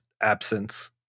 absence